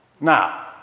Now